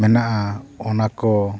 ᱢᱮᱱᱟᱜᱼᱟ ᱚᱱᱟ ᱠᱚ